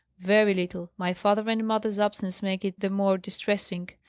very little. my father and mother's absence makes it the more distressing.